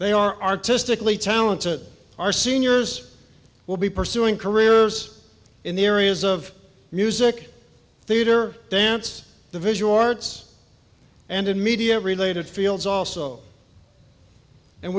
they are artistically talented our seniors will be pursuing careers in the areas of music theater dance the visual arts and in media related fields also and